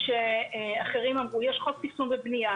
תכנית היא כמו דין שאפשר לבוא ולבקש בה שינויים.